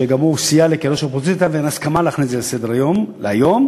שגם סייע לי כראש האופוזיציה בהסכמה להכניס את זה לסדר-היום היום,